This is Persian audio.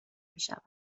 میشود